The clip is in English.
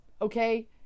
okay